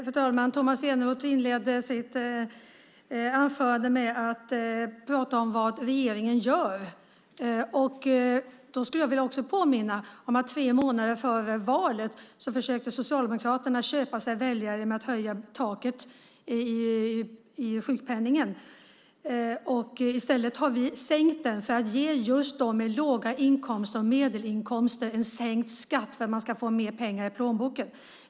Fru talman! Tomas Eneroth inledde sitt anförande med att prata om vad regeringen gör. Då skulle jag också vilja påminna om att tre månader före valet försökte Socialdemokraterna köpa sig väljare med att höja taket i sjukpenningen. I stället har vi sänkt det för att ge dem med låga inkomster och medelinkomster en sänkt skatt för att man ska få mer pengar i plånboken.